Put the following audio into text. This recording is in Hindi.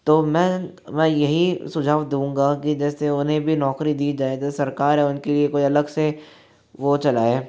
तो मैं मैं यही सुझाव दूंगा कि जैसे उन्हें भी नौकरी दी जाये जो सरकार है उनके लिये अलग से वो चलाये